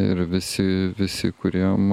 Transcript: ir visi visi kuriem